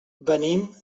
venim